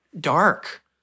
dark